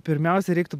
pirmiausia reiktų